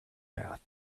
path